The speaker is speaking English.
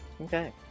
Okay